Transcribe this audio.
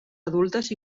adultes